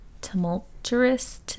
tumultuous